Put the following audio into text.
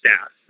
staff